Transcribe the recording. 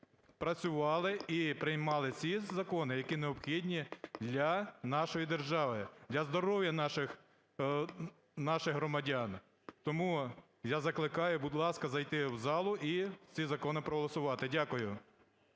працювали і приймали ці закони, які необхідні для нашої держави, для здоров'я наших громадян. Тому я закликаю, будь ласка, зайти в залу і ці закони проголосувати. Дякую.